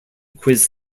quiz